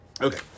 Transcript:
Okay